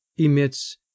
emits